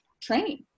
training